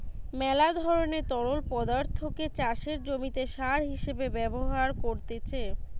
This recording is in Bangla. মেলা ধরণের তরল পদার্থকে চাষের জমিতে সার হিসেবে ব্যবহার করতিছে